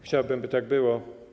Chciałbym, by tak było.